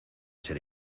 ser